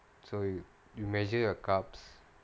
so you you measure your carbohydrates